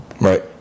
right